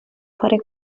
fare